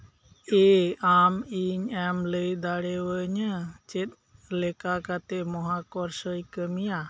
ᱮ ᱟᱢ ᱤᱧ ᱮᱢ ᱞᱟᱹᱭ ᱫᱟᱲᱮ ᱟᱹᱧᱟ ᱪᱮᱫ ᱞᱮᱠᱟ ᱠᱟᱛᱮ ᱢᱚᱦᱟᱠᱚᱨᱥᱚᱭ ᱠᱟᱹᱢᱤᱭᱟ